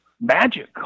magic